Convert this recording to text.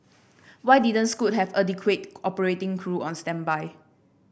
why didn't Scoot have adequate operating crew on standby